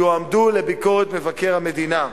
יועמדו לביקורת מבקר המדינה.